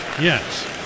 Yes